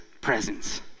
presence